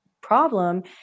problem